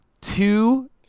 Two